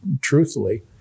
truthfully